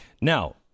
Now